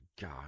god